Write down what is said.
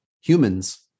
humans